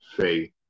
faith